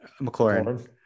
McLaurin